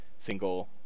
Single